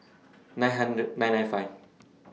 nine hundred nine nine five